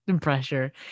pressure